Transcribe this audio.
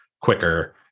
quicker